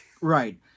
Right